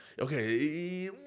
Okay